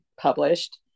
published